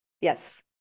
Yes